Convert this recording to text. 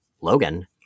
Logan